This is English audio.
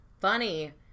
Funny